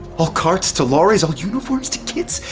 all carts to lorries, all uniforms to kits?